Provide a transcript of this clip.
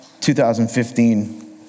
2015